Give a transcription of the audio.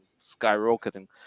skyrocketing